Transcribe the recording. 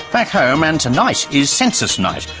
back home, and tonight is census night.